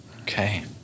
Okay